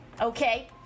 okay